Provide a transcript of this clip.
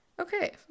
Okay